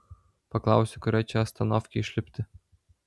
paklausiu kurioj čia astanovkėj išlipti